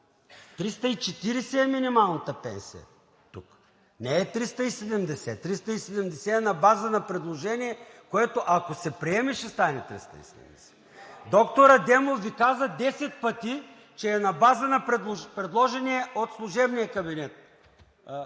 лв. е минималната пенсия тук, не е 370 – 370 е на база на предложение, което, ако се приеме, ще стане 370. Доктор Адемов Ви каза десет пъти, че е на база на предложената от служебния кабинет